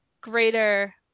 greater